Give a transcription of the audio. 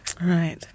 Right